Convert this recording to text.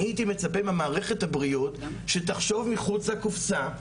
הייתי מצפה ממערכת הבריאות שתחשוב מחוץ לקופסא,